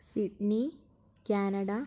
Sydney Canada